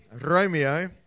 Romeo